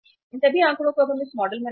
इन सभी आंकड़ों को अब इस मॉडल में रखें